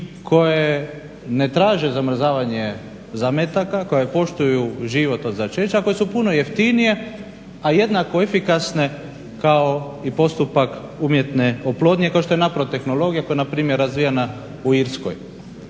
koje ne traže zamrzavanje zametaka koja poštuju život od začeća, koje su puno jeftinije a jednako efikasne kao i postupak umjetne oplodnje kao što je …/Govornik se ne razumij./… tehnologija koja je na primjer razvijena u Irskoj.